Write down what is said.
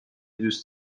دوست